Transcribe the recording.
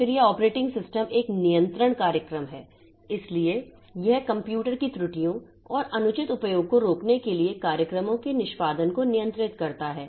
फिर यह operating system एक नियंत्रण कार्यक्रम है इसलिए यह कंप्यूटर की त्रुटियों और अनुचित उपयोग को रोकने के लिए कार्यक्रमों के निष्पादन को नियंत्रित करता है